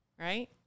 right